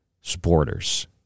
supporters